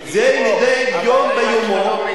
זה מדי יום ביומו.